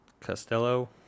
Costello